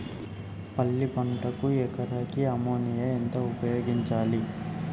పల్లి పంటకు ఎకరాకు అమోనియా ఎంత ఉపయోగించాలి?